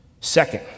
Second